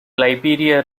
liberia